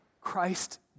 Christ